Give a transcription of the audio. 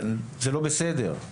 זה לא בסדר.